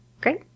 Great